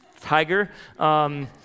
Tiger